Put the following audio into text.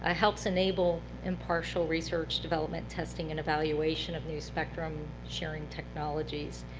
ah helps enable impartial research, development, testing, and evaluation of new spectrum sharing technologies.